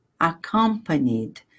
accompanied